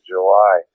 July